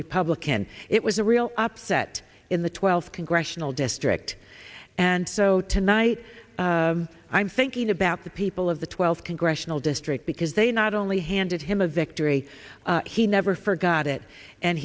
republican it was a real upset in the twelfth congressional district and so tonight i'm thinking about the people of the twelfth congressional district because they not only handed him a victory he never forgot it and